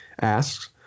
asks